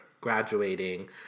graduating